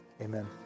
amen